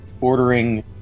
ordering